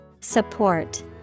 Support